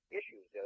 issues